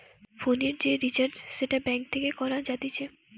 ফোনের যে রিচার্জ সেটা ব্যাঙ্ক থেকে করা যাতিছে